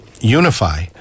unify